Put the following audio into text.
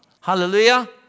hallelujah